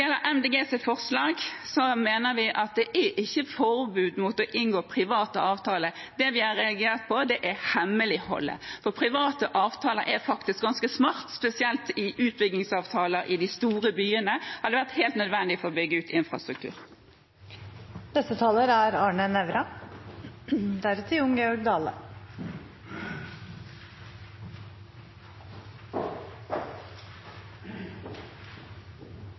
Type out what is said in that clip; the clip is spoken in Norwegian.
er forbud mot å inngå private avtaler. Det vi har reagert på, er hemmeligholdet. Private avtaler er faktisk ganske smart, spesielt i utbyggingsavtaler i de store byene har det vært helt nødvendig for å bygge ut infrastruktur. Det blåser en sterk motvind over landet, og det er